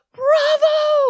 bravo